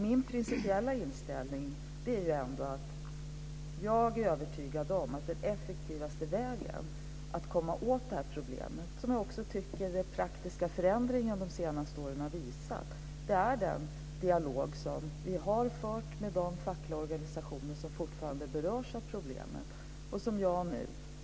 Min principiella inställning är att jag är övertygad om att den effektivaste vägen att komma åt problemet - vilket jag också tycker att den praktiska förändringen de senaste åren har visat - är den dialog som regeringen har fört med de fackliga organisationer som fortfarande berörs av problemet.